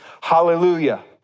hallelujah